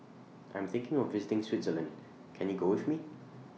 I'm thinking of visiting Switzerland Can YOU Go with Me